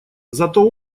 зато